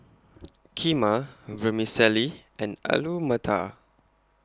Kheema Vermicelli and Alu Matar